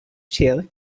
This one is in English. chile